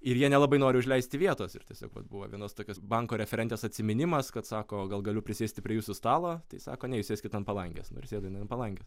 ir jie nelabai nori užleisti vietos ir tiesiog vat buvo vienos tokios banko referentės atsiminimas kad sako gal galiu prisėsti prie jūsų stalo tai sako ne jūs sėskit ant palangės nu ir sėdo jinai ant palangės